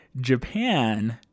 Japan